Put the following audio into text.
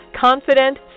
Confident